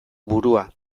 burua